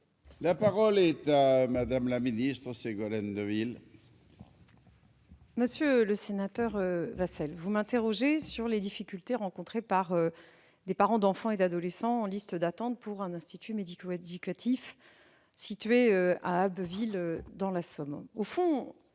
La parole est à Mme la secrétaire d'État. Monsieur le sénateur, vous m'interrogez sur les difficultés rencontrées par les parents d'enfants et d'adolescents en liste d'attente pour un institut médico-éducatif situé à Abbeville, dans la Somme.